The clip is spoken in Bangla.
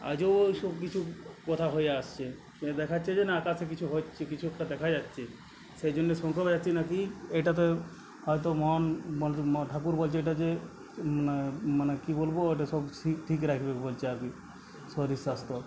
আজও ওই সব কিছু কথা হয়ে আসছে এখানে দেখাচ্ছে যে না আকাশে কিছু হচ্ছে কিছু একটা দেখা যাচ্ছে সেই জন্য শঙ্খ বাজাচ্ছে না কি এটা তো হয়তো মহান ঠাকুর বলছে এটা যে মানে কী বলব এটা সব ঠিক রাখবে বলছে আর কি শরীর স্বাস্থ্য